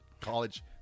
College